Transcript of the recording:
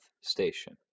station